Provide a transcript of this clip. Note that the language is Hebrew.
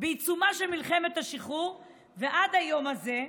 בעיצומה של מלחמת השחרור ועד היום הזה.